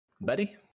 buddy